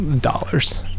dollars